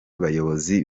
bayobozi